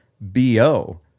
BO